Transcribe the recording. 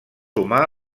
humà